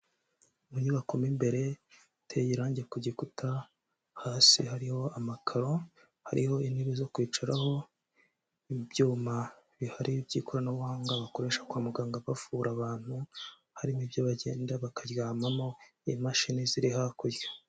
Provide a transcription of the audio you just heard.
Mu nyubakoko mo imbere, hateye irangi ku gikuta hasi hariho amakaro, hariho intebe zo kwicaraho, ibyuma bihari by'ikoranabuhanga bakoresha kwa muganga bavura abantu, harimo ibyo bagenda bakaryamamo n'imashini ziri hakurya.